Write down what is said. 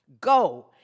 Go